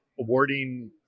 awarding